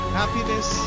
happiness